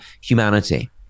humanity